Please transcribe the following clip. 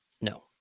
No